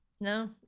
no